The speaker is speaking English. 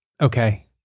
okay